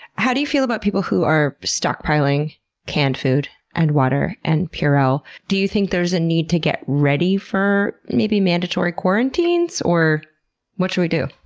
how do you feel about people who are stockpiling canned food, and water, and purell? do you think there's a need to get ready for, maybe, mandatory quarantines? or what should we do?